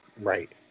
right